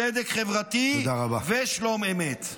צדק חברתי ושלום אמת.